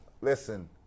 Listen